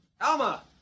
Alma